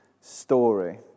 story